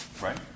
right